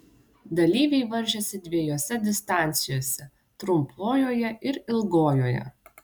dalyviai varžėsi dviejose distancijose trumpojoje ir ilgojoje